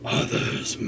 others